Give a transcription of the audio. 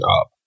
up